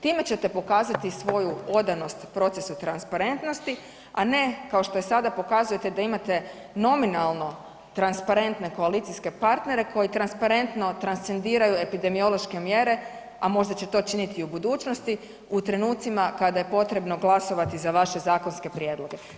Time ćete pokazati svoju odanost procesu transparentnosti, a ne kao što je sada pokazujete da imate nominalno transparentne koalicijske partnere koji transparentno transcendiraju epidemiološke mjere, a možda će to činiti u budućnosti u trenucima kada je potrebno glasovati za vaše zakonske prijedloge.